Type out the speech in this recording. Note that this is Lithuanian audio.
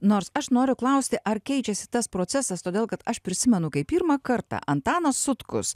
nors aš noriu klausti ar keičiasi tas procesas todėl kad aš prisimenu kai pirmą kartą antanas sutkus